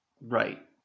Right